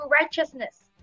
righteousness